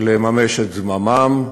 לממש את זממם,